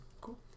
Cool